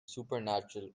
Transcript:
supernatural